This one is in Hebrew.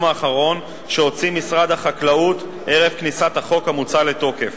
האחרון שהוציא משרד החקלאות ערב כניסת החוק המוצע לתוקף,